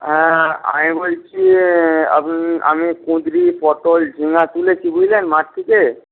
হ্যাঁ আমি বলছি আমি আমি কুঁদরি পটল ঝিঙ্গা তুলেছি বুঝলেন মাঠ থেকে